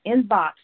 inbox